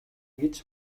гэж